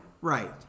Right